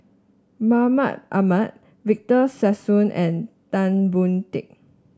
Mahmud Ahmad Victor Sassoon and Tan Boon Teik